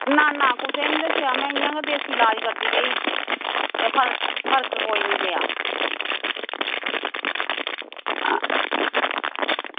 ना ना में कुसै गी निं दस्सेआ में इंया देसी लाज़ करदी रेही चते फर्क कोई निं पेआ